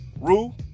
Rule